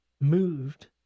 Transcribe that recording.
moved